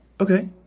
okay